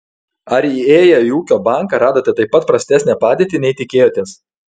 ar įėję į ūkio banką radote taip pat prastesnę padėtį nei tikėjotės